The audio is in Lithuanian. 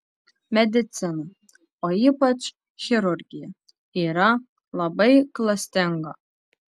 medicina o ypač chirurgija yra labai klastinga